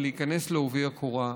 היא להיכנס בעובי הקורה.